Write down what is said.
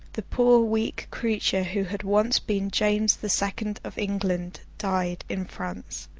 the poor weak creature who had once been james the second of england, died in france.